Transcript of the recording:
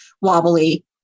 wobbly